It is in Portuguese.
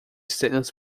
estrelas